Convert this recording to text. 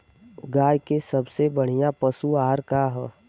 गाय के सबसे बढ़िया पशु आहार का ह?